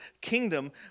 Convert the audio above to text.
kingdom